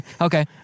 Okay